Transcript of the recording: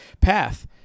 path